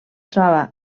troba